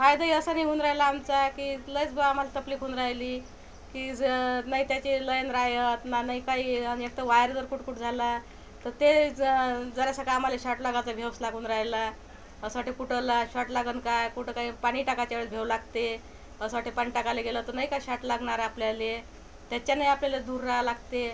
फायदाही असा नाही होऊन राहिला आमचा की लईच बा आम्हाला तकलीफ होऊन रायली की जर लाइटाची लाइन रायलना नाही काही आणि एकतर वायर जर कुट् कुट् झाला तर ते ज् जरासं का आमाले शाट लागायचा भेवच लागून रायला असं वाटते फूटल्लाय शाट लागन का कुठं काय पाणी टाकायच्या वेळेस भ्याव लागते असं वाटते पाणी टाकायला गेलं तर नाही का शाट लागणार आपल्याले त्याच्यानी आपल्याले दूर राहा लागते